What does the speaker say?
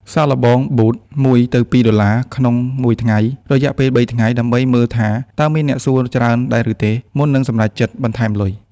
សាកល្បង Boost ១-២ ដុល្លារក្នុងមួយថ្ងៃ រយៈពេល ៣ ថ្ងៃ ដើម្បីមើលថា តើមានអ្នកសួរច្រើនដែរឬទេ មុននឹងសម្រេចចិត្តបន្ថែមលុយ។